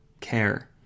care